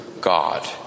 God